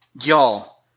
y'all